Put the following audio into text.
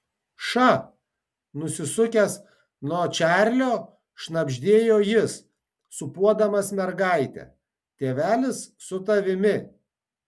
ša nusisukęs nuo čarlio šnabždėjo jis sūpuodamas mergaitę tėvelis su tavimi